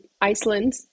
Iceland